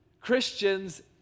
Christians